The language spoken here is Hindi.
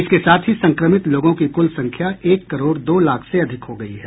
इसके साथ ही संक्रमित लोगों की कुल संख्या एक करोड दो लाख से अधिक हो गई है